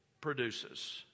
produces